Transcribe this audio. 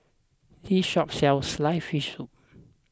this shop sells Sliced Fish Soup